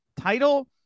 title